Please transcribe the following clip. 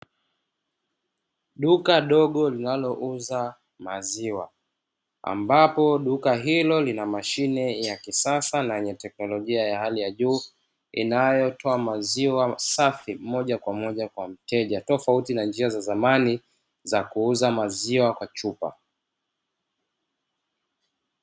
Duka dogo linalouza maziwa, ambapo duka hilo lina mashine ya kisasa na yenye teknolojia ya hali ya juu inayotoa maziwa safi moja kwa moja kwa mteja tofauti na njia za zamani za kuuza maziwa kwa chupa.